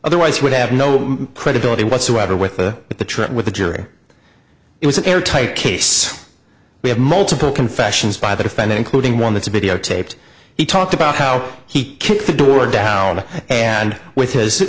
otherwise would have no credibility whatsoever with the trip with the jury it was an airtight case we have multiple confessions by the defendant occluding one that's a videotaped he talked about how he kicked the door down and with his